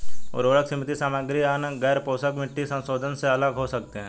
उर्वरक सीमित सामग्री या अन्य गैरपोषक मिट्टी संशोधनों से अलग हो सकते हैं